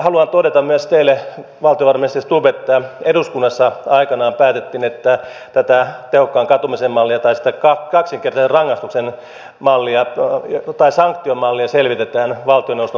haluan myös todeta teille valtiovarainministeri stubb että eduskunnassa aikanaan päätettiin että tehokkaan katumisen mallia tai kaksinkertaisen rangaistuksen mallia tai sanktion mallia selvitetään valtioneuvoston toimesta